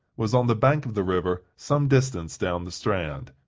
was on the bank of the river, some distance down the strand.